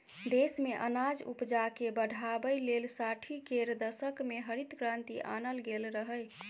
देश मे अनाज उपजाकेँ बढ़ाबै लेल साठि केर दशक मे हरित क्रांति आनल गेल रहय